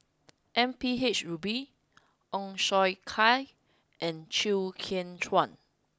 M P H Rubin Ong Siong Kai and Chew Kheng Chuan